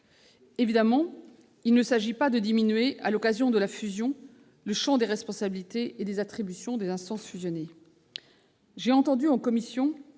évidemment pas de diminuer, à l'occasion de la fusion, le champ des responsabilités et des attributions des instances fusionnées. J'ai entendu les